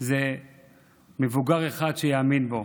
זה מבוגר אחד שיאמין בו.